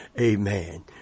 Amen